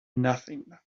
nothing